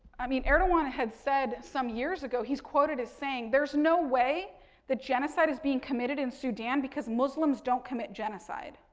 i mean, erdogan had said some years ago, he's quoted as saying, there's no way that genocide is being committed in sudan, because muslims don't commit genocide.